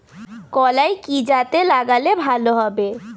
কলাই কি জাতে লাগালে ভালো হবে?